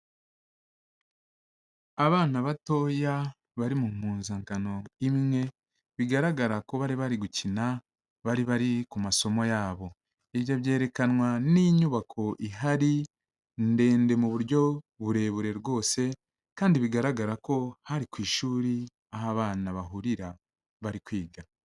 Abana batoya bari mu mpuzangano imwe, bigaragara ko bari bari gukina, bari bari ku masomo yabo. Ibyo byerekanwa n'inyubako ihari, ndende mu buryo burebure rwose, kandi bigaragara ko hari ku ishuri, aho abana bahurira bari kwiga.